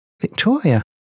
Victoria